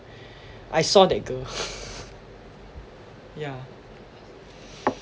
I saw that girl yeah